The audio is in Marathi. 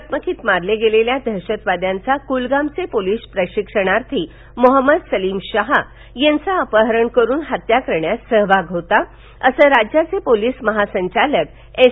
चकमकीत मारले गेलेल्या दहशतवाद्यांचा कुलगामाचे पोलीस प्रशिक्षणार्थी मोहम्मद सलीम शाह यांचं अपहरण करून हत्या करण्यात सहभाग होता असं राज्याचे पोलीस महासंचालक एस